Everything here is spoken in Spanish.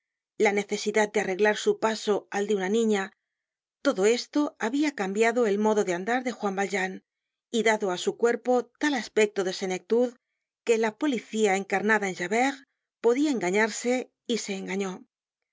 la necesidad de arreglar su paso al de una niña todo esto habia cambiado el modo de andar de juan val jean y dado á su cuerpo tal aspecto de senectud que la policía encarnada en javert podia engañarse y se engañó